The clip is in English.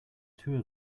two